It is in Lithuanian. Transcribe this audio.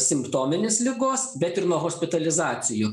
simptominės ligos bet ir nuo hospitalizacijų